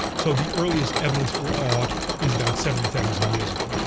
so the earliest evidence for art is about seventy thousand years ago.